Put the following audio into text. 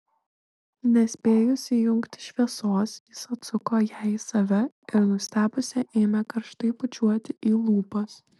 nespėjus įjungti šviesos jis atsuko ją į save ir nustebusią ėmė karštai bučiuoti į lūpas